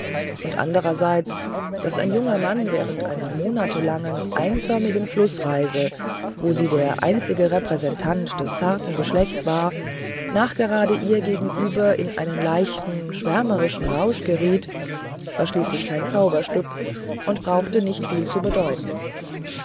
und andererseits daß ein junger mann während einer monatelangen einförmigen flußreise wo sie der einzige repräsentant des zarten geschlechts war nachgerade ihr gegenüber in einen leichten schwärmerischen rausch geriet war schließlich kein zauberstück und brauchte nicht viel zu bedeuten